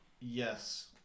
Yes